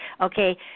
Okay